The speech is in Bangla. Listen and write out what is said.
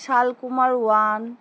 সালকুমার ওয়ান